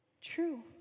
True